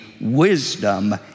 wisdom